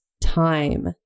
time